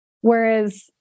Whereas